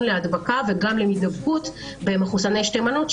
להדבקה וגם למידבקות במחוסני שתי מנות,